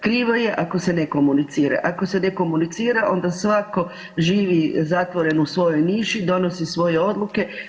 Krivo je ako se ne komunicira, ako se ne komunicira onda svako živi zatvoren u svojoj niši, donose svoje odluke.